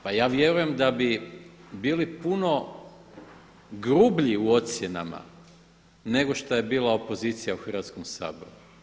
Pa ja vjerujem da bi bili puno grublji u ocjenama nego što je bila opozicija u Hrvatskom saboru.